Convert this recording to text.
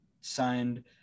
signed